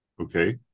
Okay